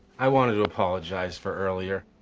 i wanted to apologize for earlier.